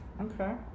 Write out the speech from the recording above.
Okay